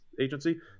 agency